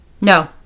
No